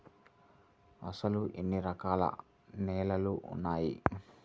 అసలు ఎన్ని రకాల నేలలు వున్నాయి?